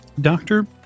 Doctor